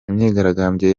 imyigaragambyo